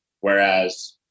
whereas